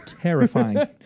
Terrifying